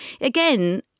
Again